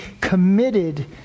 committed